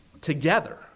Together